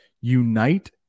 unite